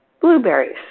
blueberries